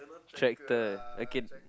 tractor okay